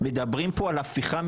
מדברים פה על הפיכה משטרית?